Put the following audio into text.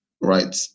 Right